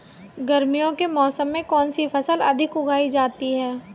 गर्मियों के मौसम में कौन सी फसल अधिक उगाई जाती है?